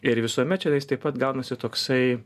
ir visuomet čia jis taip pat gaunasi toksai